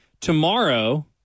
Tomorrow